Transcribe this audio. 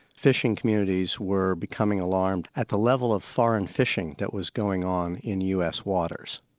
fishing communities were becoming alarmed at the level of foreign fishing that was going on in us waters.